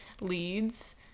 leads